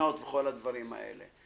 הגבינות וכל הדברים האלה.